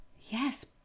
Yes